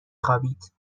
خوابید